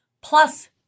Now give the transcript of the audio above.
plus